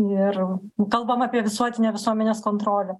ir kalbama apie visuotinę visuomenės kontrolę